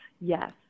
Yes